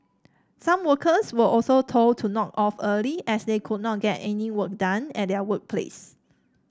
some workers were also told to knock off early as they could not get any work done at their workplace